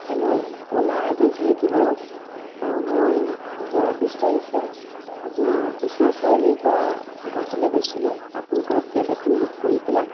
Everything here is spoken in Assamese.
হেল্ল' অ'লা এজেন্সী নেকি বাৰু অঁ মই যোৱা বিছ তাৰিখে আপোনাৰ বিশ্বনাথ চাৰিআলিৰপৰা গুৱাহাটীলেৈ গৈছিলোঁ আপোনালোকৰ কেব এখন বুক কৰি পেলাই